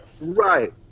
Right